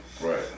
Right